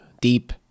deep